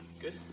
Good